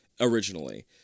originally